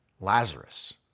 Lazarus